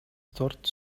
төрт